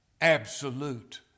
absolute